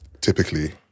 typically